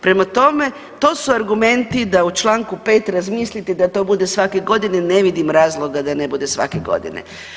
Prema tome, to su argumenti da o čl. 5. razmislite i da to bude svake godine i ne vidim razloga da ne bude svake godine.